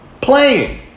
Playing